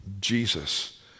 Jesus